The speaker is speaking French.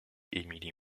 emilie